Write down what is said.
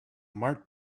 mark